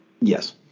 yes